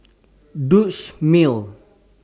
Dutch Mill